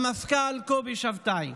המפכ"ל קובי שבתאי.